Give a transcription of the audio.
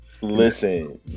Listen